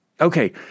Okay